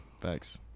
Thanks